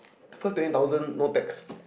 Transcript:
first twenty thousand no tax